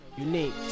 Unique